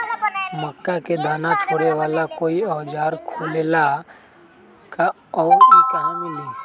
मक्का के दाना छोराबेला कोई औजार होखेला का और इ कहा मिली?